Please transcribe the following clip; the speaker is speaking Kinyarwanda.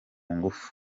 ngufu